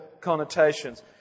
connotations